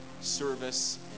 service